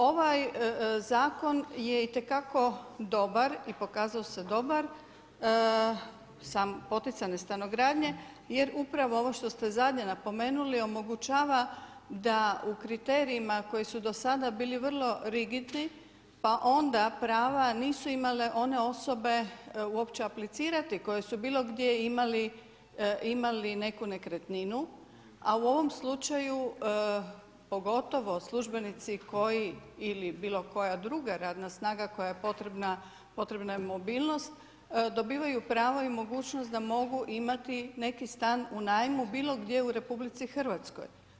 Ovaj zakon je itekako dobar i pokazao se dobar poticanje stanogradnje jer upravo ovo što ste zadnje napomenuli omogućava da u kriterijima koji su do sada bili vrlo rigidni pa onda prava nisu imale one osobe uopće aplicirati koje su bilo gdje imali neku nekretninu, a u ovom slučaju pogotovo službenici koji ili bilo koja druga radna snaga koja je potrebna, potrebna je mobilnost dobivaju pravo i mogućnost da mogu imati neki stan u najmu bilo gdje u RH.